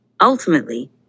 Ultimately